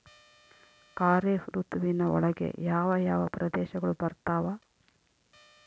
ಖಾರೇಫ್ ಋತುವಿನ ಒಳಗೆ ಯಾವ ಯಾವ ಪ್ರದೇಶಗಳು ಬರ್ತಾವ?